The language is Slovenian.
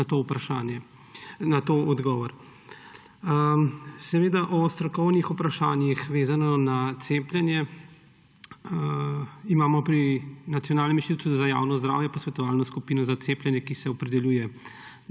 skušal podati na to odgovor. O strokovnih vprašanjih, vezano na cepljenje, imamo pri Nacionalnem inštitutu za javno zdravje posvetovalno skupino za cepljenje, ki se opredeljuje